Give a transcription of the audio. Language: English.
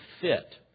fit